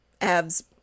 abs